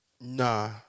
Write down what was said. Nah